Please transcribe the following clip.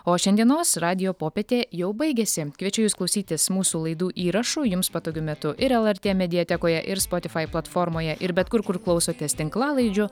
o šiandienos radijo popietė jau baigėsi kviečiu jus klausytis mūsų laidų įrašų jums patogiu metu ir lrt mediatekoje ir spotify platformoje ir bet kur kur klausotės tinklalaidžių